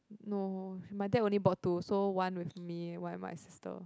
no my dad only bought two so one with me one with my sister